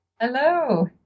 Hello